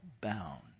bound